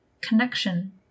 connection